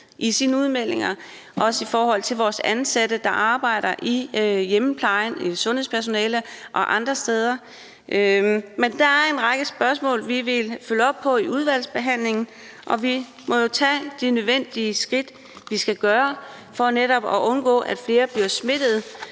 i sine udmeldinger, også i forhold til vores ansatte, der arbejder i hjemmeplejen og andre steder, og sundhedspersonalet. Der er en række spørgsmål, Dansk Folkeparti vil følge op på i udvalgsbehandlingen, og vi må jo tage de nødvendige skridt for netop at undgå, at flere bliver smittet,